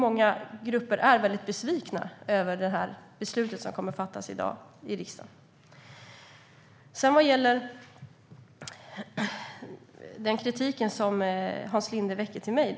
Många grupper är väldigt besvikna över det beslut som kommer att fattas i riksdagen i dag. Detsamma gäller den kritik som Hans Linde väcker mot mig.